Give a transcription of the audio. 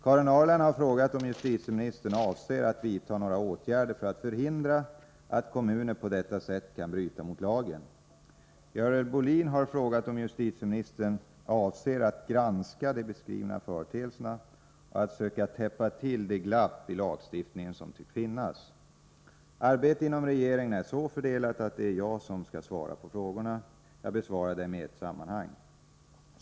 Karin Ahrland har frågat om justitieministern avser att vidta några åtgärder för att förhindra att kommuner på detta sätt kan bryta mot lagen. Görel Bohlin har frågat om justitieministern avser att granska de beskrivna företeelserna och att söka täppa till det glapp i lagstiftningen som tycks finnas. Arbetet inom regeringen är så fördelat att det är jag som skall svara på frågorna. Jag besvarar dem i ett sammanhang.